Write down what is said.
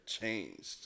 changed